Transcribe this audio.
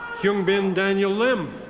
hyung-bin daniel lim.